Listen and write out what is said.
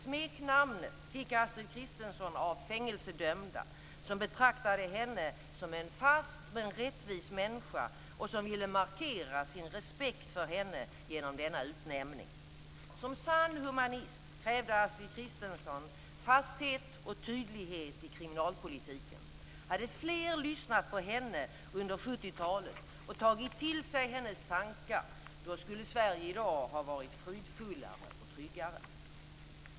Smeknamnet fick Astrid Kristensson av fängelsedömda, som betraktade henne som en fast men rättvis människa och som ville markera sin respekt för henne genom denna utnämning. Som sann humanist krävde Astrid Kristensson fasthet och tydlighet i kriminalpolitiken. Hade fler lyssnat på henne under 1970-talet och tagit till sig hennes tankar, då skulle Sverige i dag ha varit fridfullare och tryggare.